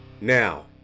Now